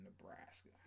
Nebraska